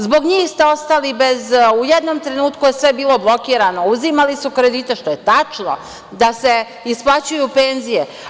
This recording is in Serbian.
Zbog njih ste ostali bez, u jednom trenutku je bilo sve blokirano, uzimali su kredite“, što je tačno: „Da se isplaćuju penzije.